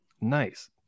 nice